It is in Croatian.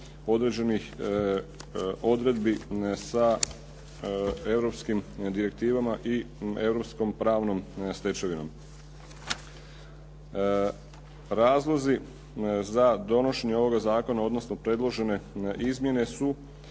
određenih odredbi sa europskim direktivama i europskom pravnom stečevinom. Razlozi za donošenje ovoga zakona, odnosno predložene izmjene su